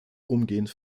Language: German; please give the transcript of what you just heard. umgehend